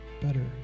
better